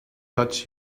touched